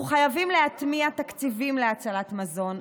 אנחנו חייבים להטמיע תקציבים להצלת מזון,